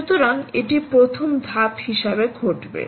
সুতরাং এটি প্রথম ধাপ হিসাবে ঘটবে